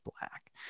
black